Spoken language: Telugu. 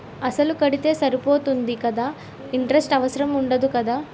అసలు కడితే సరిపోతుంది కదా ఇంటరెస్ట్ అవసరం ఉండదు కదా?